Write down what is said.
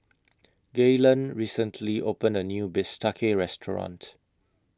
Gaylen recently opened A New Bistake Restaurant